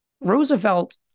Roosevelt